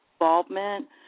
involvement